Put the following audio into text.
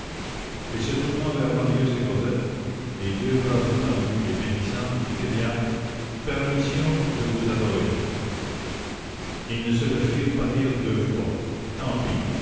et se tournant vers marius et cosette les deux bras étendus et bénissant il cria permission de vous adorer ils ne se le firent pas dire deux fois tant pis